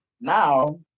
now